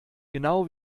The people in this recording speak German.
genau